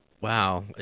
Wow